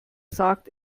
sagt